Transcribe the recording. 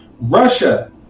Russia